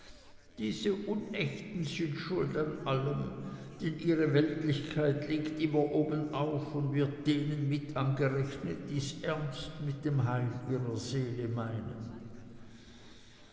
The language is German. diese unechten sind schuld an allem denn ihre weltlichkeit liegt immer obenauf und wird denen mit angerechnet die's ernst mit dem heil ihrer seele meinen